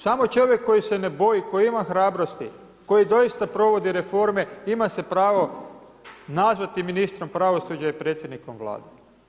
Samo čovjek koji se ne boji, koji ima hrabrosti, koji dosita provodi reforme, ima se pravo nazvati ministrom pravosuđa i predsjednikom vlade.